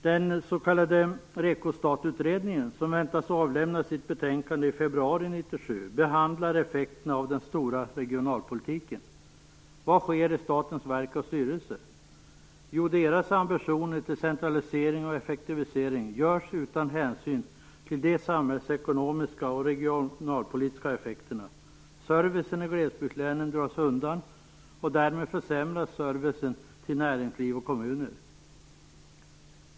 Den s.k. REKO-STAT-utredningen som väntas avlämna sitt betänkande i februari 1997 behandlar effekterna av den stora regionalpolitiken. Vad sker i statens verk och styrelser? Jo, deras ambitioner till centralisering och effektivisering gör att man inte tar hänsyn till de samhällsekonomiska och regionalpolitiska effekterna. Servicen i glesbygdslänen dras undan, och därmed försämras servicen till näringsliv och kommuner.